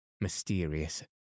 mysterious